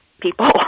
people